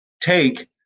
take